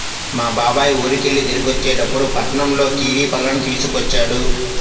మా బాబాయ్ ఊరికెళ్ళి తిరిగొచ్చేటప్పుడు పట్నంలో కివీ పళ్ళను తీసుకొచ్చాడు